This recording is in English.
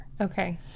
Okay